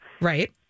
Right